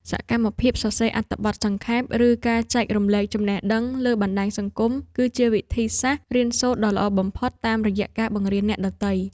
សកម្មភាពសរសេរអត្ថបទសង្ខេប ឬការចែករំលែកចំណេះដឹងលើបណ្ដាញសង្គម គឺជាវិធីសាស្ត្ររៀនសូត្រដ៏ល្អបំផុតតាមរយៈការបង្រៀនអ្នកដទៃ។